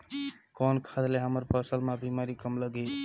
कौन खाद ले हमर फसल मे बीमारी कम लगही?